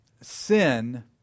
sin